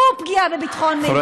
זו פגיעה בביטחון מידע,